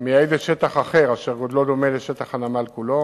מייעדת שטח אחר, אשר גודלו דומה לשטח הנמל כולו,